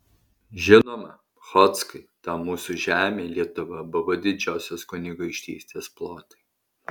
žinoma chodzkai ta mūsų žemė lietuva buvo didžiosios kunigaikštystės plotai